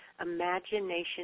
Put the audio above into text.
imagination